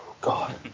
God